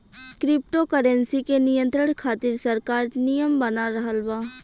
crypto currency के नियंत्रण खातिर सरकार नियम बना रहल बा